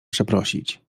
przeprosić